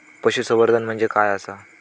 पशुसंवर्धन म्हणजे काय आसा?